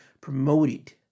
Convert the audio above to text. promoted